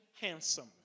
handsome